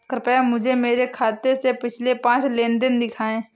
कृपया मुझे मेरे खाते से पिछले पांच लेन देन दिखाएं